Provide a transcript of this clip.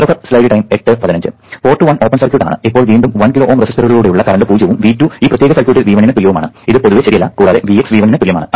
port 1 open circuit ആണ് ഇപ്പോൾ വീണ്ടും 1 കിലോ Ω റെസിസ്റ്ററിലൂടെയുള്ള കറന്റ് പൂജ്യവും V2 ഈ പ്രത്യേക സർക്യൂട്ടിൽ V1 ന് തുല്യവുമാണ് ഇത് പൊതുവെ ശരിയല്ല കൂടാതെ Vx V1 ന് തുല്യമാണ്